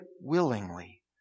willingly